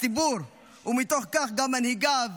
הציבור ומתוך כך גם מנהיגיו